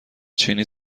چینی